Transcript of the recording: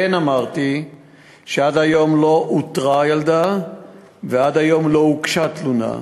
כן אמרתי שעד היום לא אותרה הילדה ועד היום לא הוגשה תלונה.